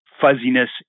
fuzziness